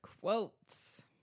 Quotes